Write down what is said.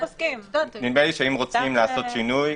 נדמה לי שאם רוצים לעשות שינוי,